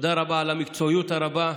תודה רבה על המקצועיות הרבה,